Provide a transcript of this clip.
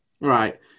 Right